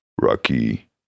Rocky